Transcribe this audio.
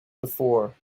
before